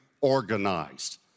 organized